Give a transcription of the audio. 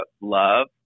love